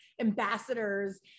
ambassadors